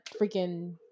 freaking